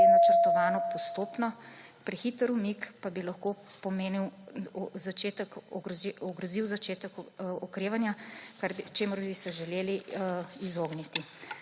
načrtovano postopno, prehiter umik pa bi lahko ogrozil začetek okrevanja, čemur bi se želeli izogniti.